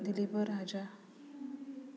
Dilipraja